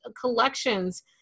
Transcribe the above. collections